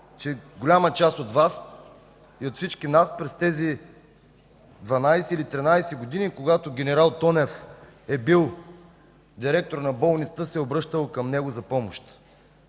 че голяма част от Вас, от всички нас, през тези 12 или 13 години, когато ген. Тонев е бил директор на болница, се е обръщал за помощ.